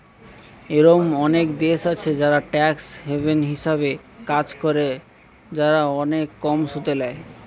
এরোম অনেক দেশ আছে যারা ট্যাক্স হ্যাভেন হিসাবে কাজ করে, যারা অনেক কম সুদ ল্যায়